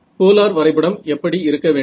polar வரைபடம் எப்படி இருக்க வேண்டும்